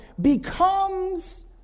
becomes